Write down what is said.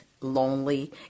lonely